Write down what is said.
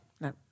No